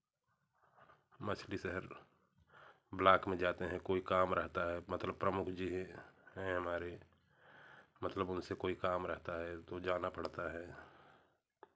मछली शहर ब्लॉक में जाते हैं कोई काम रहता है मतलब प्रमुख जी हैं हैं हमारे मतलब उनसे कोई काम रहता है तो जाना पड़ता है